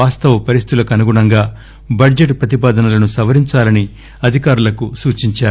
వాస్తవ పరిస్థితులకు అనుగుణంగా బడ్షెట్ ప్రతిపాదనలను సవరించాలని అధికారులకు సూచించారు